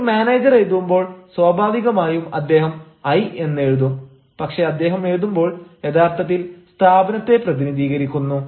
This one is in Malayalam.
ഒരു മാനേജർ എഴുതുമ്പോൾ സ്വാഭാവികമായും അദ്ദേഹം ഐ എന്നെഴുതും പക്ഷേ അദ്ദേഹം എഴുതുമ്പോൾ യഥാർത്ഥത്തിൽ സ്ഥാപനത്തെ പ്രതിനിധീകരിക്കുന്നു